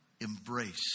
embrace